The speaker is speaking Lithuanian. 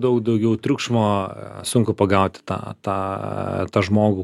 daug daugiau triukšmo sunku pagauti tą tą žmogų